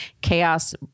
Chaos